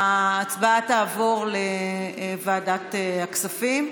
ההצעה תעבור לוועדת הכספים.